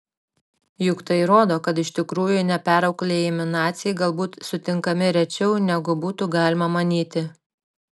juk tai rodo kad iš tikrųjų neperauklėjami naciai galbūt sutinkami rečiau negu būtų galima manyti